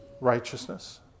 righteousness